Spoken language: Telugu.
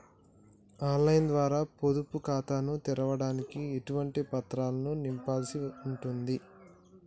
ఆన్ లైన్ ద్వారా పొదుపు ఖాతాను తెరవడానికి ఎటువంటి పత్రాలను నింపాల్సి ఉంటది?